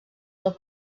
del